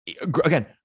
again